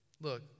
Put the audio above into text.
Look